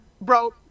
bro